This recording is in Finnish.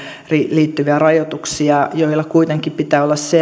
liittyviä rajoituksia joilla kuitenkin pitää olla